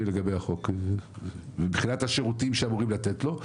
לגבי החוק מבחינת השירותים שאמורים לתת לו?